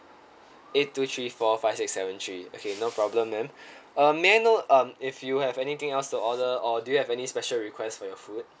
eight two three four five six seven three okay no problem ma'am uh may I know um if you have anything else to order or do you have any special request for your food